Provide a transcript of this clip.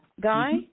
guy